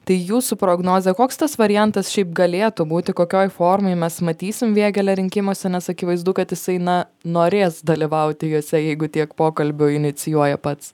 tai jūsų prognozė koks tas variantas šiaip galėtų būti kokioj formoj mes matysim vėgėlę rinkimuose nes akivaizdu kad jisai na norės dalyvauti juose jeigu tiek pokalbių inicijuoja pats